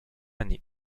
année